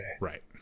Right